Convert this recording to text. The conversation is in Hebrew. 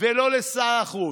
ולא לשר החוץ.